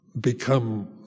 become